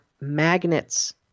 magnets